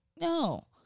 no